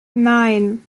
nein